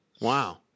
Wow